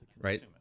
right